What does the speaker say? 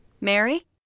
Mary